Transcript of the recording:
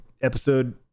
episode